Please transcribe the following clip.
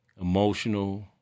emotional